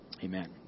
Amen